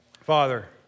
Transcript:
Father